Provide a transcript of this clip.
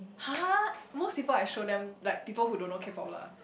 !huh! most people I show them like people who don't know K-Pop lah